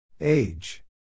Age